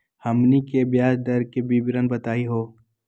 हमनी के ब्याज दर के विवरण बताही हो?